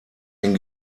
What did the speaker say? den